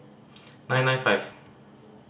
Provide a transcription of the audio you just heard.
nine nine five